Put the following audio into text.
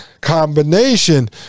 combination